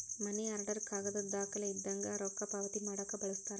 ಮನಿ order ಕಾಗದದ್ ದಾಖಲೆ ಇದ್ದಂಗ ರೊಕ್ಕಾ ಪಾವತಿ ಮಾಡಾಕ ಬಳಸ್ತಾರ